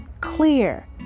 clear